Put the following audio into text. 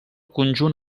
conjunt